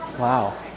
Wow